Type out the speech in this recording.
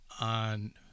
on